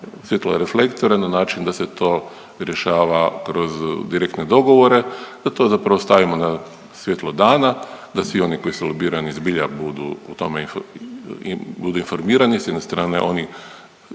svjetla reflektora na način da se to rješava kroz direktne dogovore, da to zapravo stavimo na svjetlo dana da svi oni koji su lobirani zbilja budu u tome info…, budu informirani, s jedne strane oni